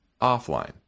offline